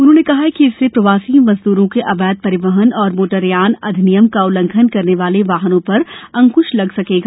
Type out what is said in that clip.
उन्होंने कहा कि इससे प्रवासी मजद्रों के अवैध परिवहन एवं मोटरयान अधिनियम का उल्लंघन करने वाले वाहनों पर अंक्श लग सकेगा